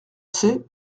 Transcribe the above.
sais